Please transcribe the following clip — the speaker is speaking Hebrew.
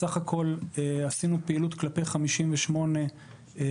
בסך הכול עשינו פעילות כלפי 58 נש"פים,